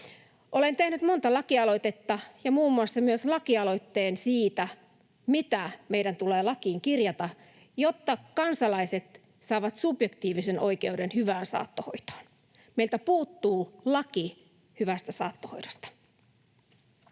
Olen tehnyt monta lakialoitetta ja muun muassa myös lakialoitteen siitä, mitä meidän tulee lakiin kirjata, jotta kansalaiset saavat subjektiivisen oikeuden hyvään saattohoitoon. Meiltä puuttuu laki hyvästä saattohoidosta.